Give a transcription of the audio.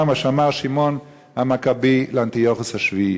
מה שאמר שמעון המכבי לאנטיוכוס השביעי: